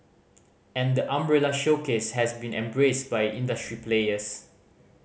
and the umbrella showcase has been embraced by industry players